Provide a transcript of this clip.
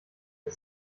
das